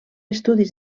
estudis